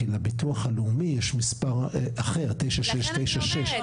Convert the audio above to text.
כי לביטוח הלאומי יש ספר אחר 9696 ,